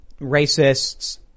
racists